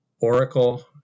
oracle